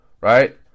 Right